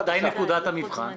מתי נקודת המבחן?